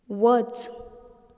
वच